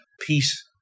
peace